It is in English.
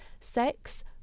sex